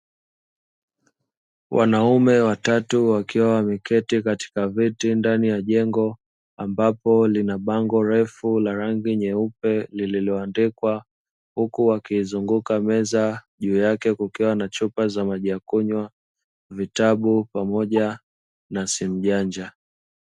Wanaume watatu wakiwa wameketi katika viti ndani ya jengo, ambapo lina bango refu la rangi nyeupe lililoandikwa, huku wakiizunguka meza ambayo juu yake kukiwa na chupa za maji ya kunywa, vitabu pamoja na simu janja.